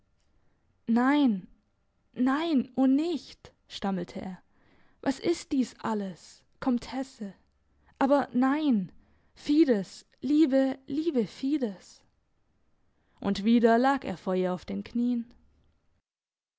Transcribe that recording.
nein nein o nicht stammelte er was ist dies alles komtesse aber nein fides liebe liebe fides und wieder lag er vor ihr auf den knien